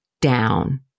down